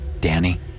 Danny